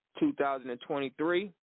2023